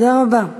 תודה רבה.